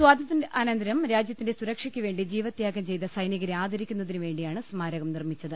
സ്വാതന്ത്ര്യാനന്തരം രാജ്യത്തിന്റെ സുരക്ഷയ്ക്കുവേണ്ടി ജീവത്യാഗം ചെയ്ത സൈനികരെ ആദ രിക്കുന്നതിനുവേണ്ടിയാണ് സ്മാരകം നിർമ്മിച്ചത്